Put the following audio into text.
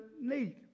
need